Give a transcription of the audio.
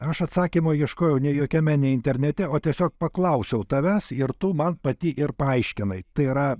aš atsakymo ieškojau ne jokiame ne internete o tiesiog paklausiau tavęs ir tu man pati ir paaiškinai tai yra